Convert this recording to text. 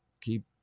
keep